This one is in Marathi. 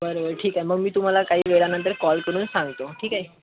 बरं ठीक आहे मग मी तुम्हाला काही वेळा नंतर कॉल करून सांगतो ठीक आहे